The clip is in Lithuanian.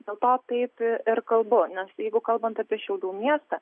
dėl to taip ir kalbu nes jeigu kalbant apie šiaulių miestą